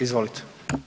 Izvolite.